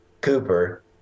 Cooper